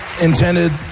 intended